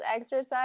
exercise